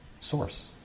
source